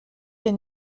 les